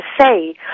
say